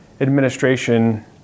administration